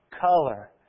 color